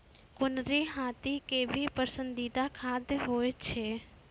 कुनरी हाथी के भी पसंदीदा खाद्य होय छै